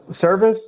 service